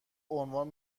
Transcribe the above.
عنوان